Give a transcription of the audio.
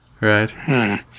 Right